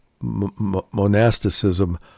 Monasticism